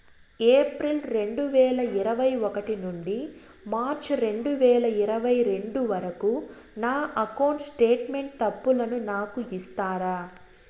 April రెండు వేల ఇరవై ఒకటి నుండి మార్చ్ రెండు వేల ఇరవై రెండు వరకు నా అకౌంట్ స్టేట్మెంట్ తప్పులను నాకు ఇస్తారా?